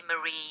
Marie